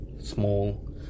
small